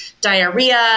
diarrhea